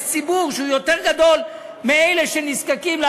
יש ציבור שהוא יותר גדול מאלה שנזקקים,